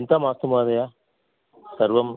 चिन्ता मास्तु महोदया सर्वम्